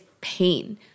pain